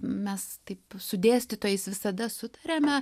mes taip su dėstytojais visada sutariame